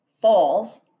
falls